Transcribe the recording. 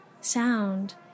Sound